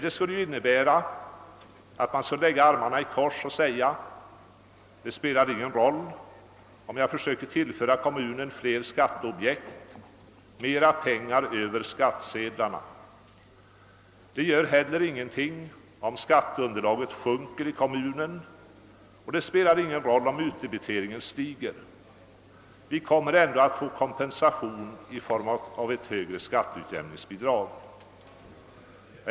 Det skulle innebära att man lade armarna i kors och sade: Det har ingen betydelse om jag försöker tillföra kommunen fler skatteobjekt, mer pengar över skattsedlarna. Det gör heller ingenting, skulle han fortsätta, om skatteunderlaget sjunker i kommunen, och det spelar ingen roll om utdebiteringen stiger. Vi kommer ändå att få kompensation i form av ett högre skatteutjämningsbidrag.